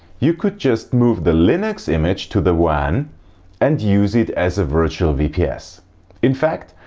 you could just move the linux image to the wan and use it as a virtual vps in fact,